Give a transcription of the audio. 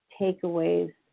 takeaways